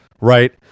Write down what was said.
right